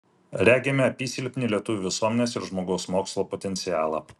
regime apysilpnį lietuvių visuomenės ir žmogaus mokslo potencialą